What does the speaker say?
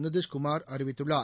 நிதிஷ்குமார் அறிவித்துள்ளார்